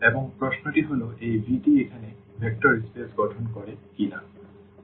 এবং প্রশ্ন টি হল এই V টি একটি ভেক্টর স্পেস গঠন করে কিনা